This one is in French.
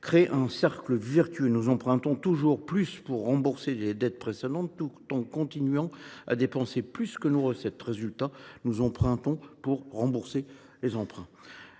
crée un cercle vicieux : nous empruntons toujours plus pour rembourser les dettes précédentes, tout en continuant à dépenser plus que nous gagnons. Résultat : nous empruntons pour rembourser nos emprunts.